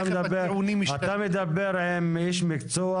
אתה מדבר עם איש מקצוע.